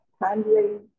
handling